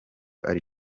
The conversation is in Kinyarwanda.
ari